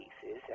pieces